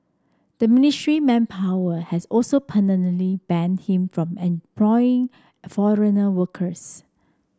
the Ministry Manpower has also permanently banned him from employing foreigner workers